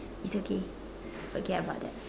it's okay forget about that